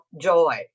joy